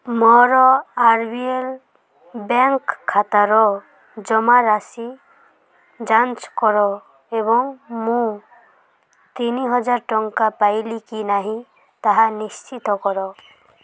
ମୋର R B L bank ଖାତାର ଜମାରାଶି ଯାଞ୍ଚ କର ଏବଂ ମୁଁ ତିନିହଜାର ଟଙ୍କା ପାଇଲି କି ନାହିଁ ତାହା ନିଶ୍ଚିତ କର